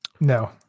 No